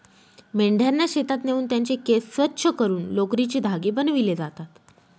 मेंढ्यांना शेतात नेऊन त्यांचे केस स्वच्छ करून लोकरीचे धागे बनविले जातात